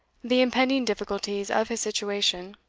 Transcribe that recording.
the impending difficulties of his situation